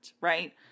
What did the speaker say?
right